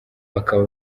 bakaba